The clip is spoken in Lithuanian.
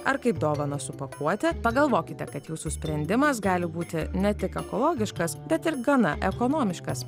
ar kaip dovaną supakuoti pagalvokite kad jūsų sprendimas gali būti ne tik ekologiškas bet ir gana ekonomiškas